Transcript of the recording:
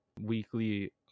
weekly